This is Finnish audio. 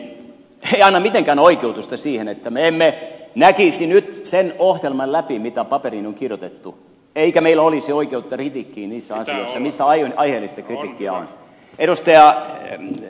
mutta se että näin teimme ei anna mitenkään oikeutusta siihen että me emme näkisi nyt sen ohjelman läpi mitä paperiin on kirjoitettu eikä meillä olisi oikeutta kritiikkiin niissä asioissa missä aiheellista kritiikkiä on